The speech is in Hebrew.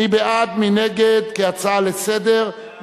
מי בעד, מי נגד, כהצעה לסדר-היום?